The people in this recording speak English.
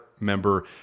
member